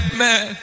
man